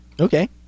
Okay